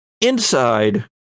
inside